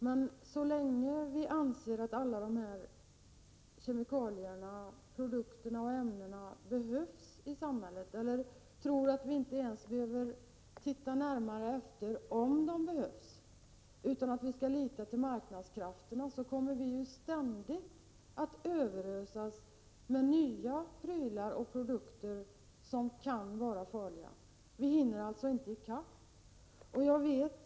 Men så länge man anser att alla de här kemiska produkterna och ämnena behövs i samhället — eller tror att man inte ens behöver titta närmare efter om de behövs — och att man kan lita till marknadskrafterna, så länge kommer vi ständigt att överösas med nya prylar och produkter som kan vara farliga. Vi hinner alltså inte i kapp.